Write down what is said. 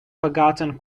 forgotten